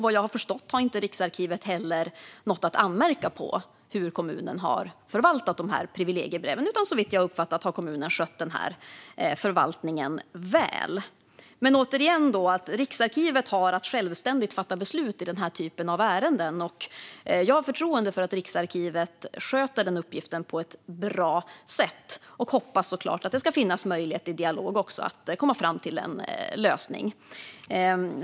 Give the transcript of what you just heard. Vad jag har förstått har inte heller Riksarkivet något att anmärka på när det gäller hur kommunen har förvaltat privilegiebreven, utan såvitt jag har uppfattat saken har kommunen skött förvaltningen väl. Men återigen: Riksarkivet har att självständigt fatta beslut i den här typen av ärenden, och jag har förtroende för att Riksarkivet sköter den uppgiften på ett bra sätt. Jag hoppas såklart att det också ska finnas möjlighet till dialog och att komma fram till en lösning.